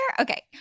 Okay